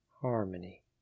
harmony